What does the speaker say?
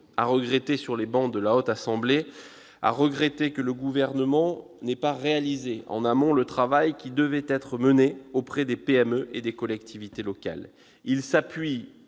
à regretter, sur les travées de la Haute Assemblée, que le Gouvernement n'ait pas réalisé en amont le travail qui devait être mené auprès des PME et des collectivités locales. Il s'appuie